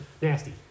nasty